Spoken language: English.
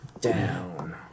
down